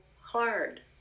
hard